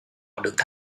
được